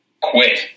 quit